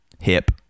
hip